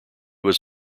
was